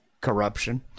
corruption